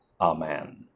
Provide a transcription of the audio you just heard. amen